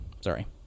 Sorry